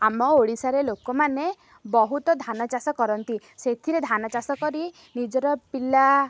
ଆମ ଓଡ଼ିଶାରେ ଲୋକମାନେ ବହୁତ ଧାନ ଚାଷ କରନ୍ତି ସେଥିରେ ଧାନ ଚାଷ କରି ନିଜର ପିଲା